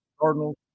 Cardinals